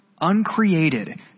uncreated